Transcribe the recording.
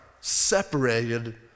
separated